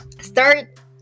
start